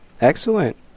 Excellent